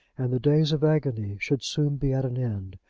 and the days of agony should soon be at an end.